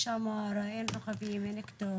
אנשים גרים בפזורה ולקח להם חצי שעה או